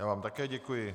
Já vám také děkuji.